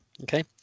Okay